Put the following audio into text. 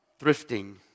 thrifting